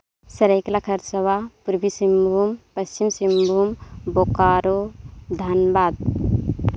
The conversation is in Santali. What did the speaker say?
ᱥᱟᱹᱨᱟᱹᱭᱠᱮᱞᱟ ᱠᱷᱟᱨᱥᱟᱣᱟ ᱯᱩᱨᱵᱤ ᱥᱤᱝᱵᱷᱩᱢ ᱯᱚᱥᱪᱤᱢ ᱥᱤᱝᱵᱷᱩᱢ ᱵᱳᱠᱟᱨᱳ ᱫᱷᱟᱱᱵᱟᱫ